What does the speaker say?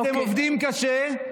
אתם עובדים קשה,